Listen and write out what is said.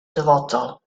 dyfodol